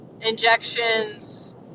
injections